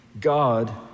God